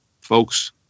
folks